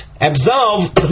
absolve